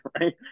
Right